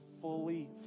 fully